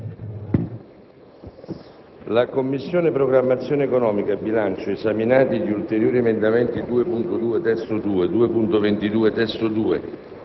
«La Commissione programmazione economica, bilancio, esaminati gli ulteriori emendamenti 2.20 (testo 2), 2.22 (testo 2),